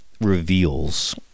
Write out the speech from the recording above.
reveals